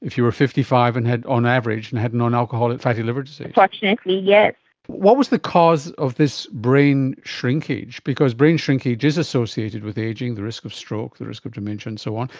if you were fifty five, and on average, and had non-alcoholic fatty liver disease? unfortunately yes. what was the cause of this brain shrinkage? because brain shrinkage is associated with ageing, the risk of stroke, the risk of dementia and so on.